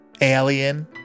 Alien